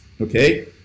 okay